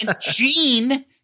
Gene